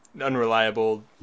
unreliable